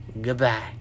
Goodbye